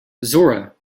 zora